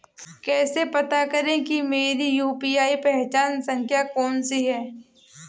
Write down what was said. कैसे पता करें कि मेरी यू.पी.आई पहचान संख्या कौनसी है?